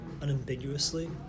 unambiguously